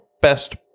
Best